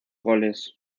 goles